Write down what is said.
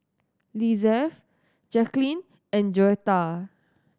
Lizeth Jacklyn and Joetta